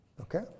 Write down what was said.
Okay